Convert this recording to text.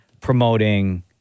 promoting